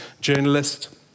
journalist